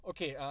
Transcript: Okay